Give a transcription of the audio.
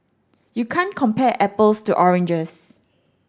you can't compare apples to oranges